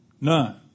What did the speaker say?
None